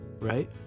right